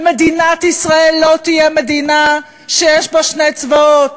ומדינת ישראל לא תהיה מדינה שיש בה שני צבאות,